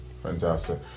Fantastic